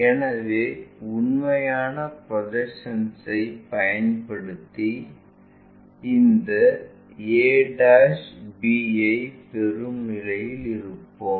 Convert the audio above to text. எனவே உண்மையான ப்ரொஜெக்ஷன்ஐப் பயன்படுத்தி இந்த ab ஐப் பெறும் நிலையில் இருப்போம்